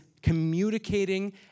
communicating